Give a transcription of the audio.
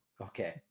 okay